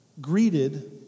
greeted